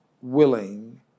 willing